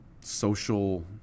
social